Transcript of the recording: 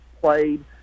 played